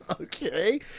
Okay